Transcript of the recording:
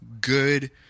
good